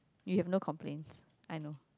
you have no complaints I know